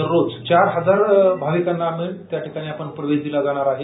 दररोज चार हजार भाविकांना त्याठिकाणी प्रवेश दिला जाणार आहे